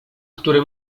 który